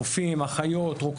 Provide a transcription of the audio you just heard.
רופאים, אחיות, רוקחים,